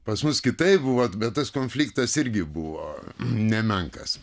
pas mus kitaip buvo bet tas konfliktas irgi buvo nemenkas